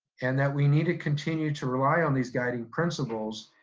and that we need to continue to rely on these guiding principles,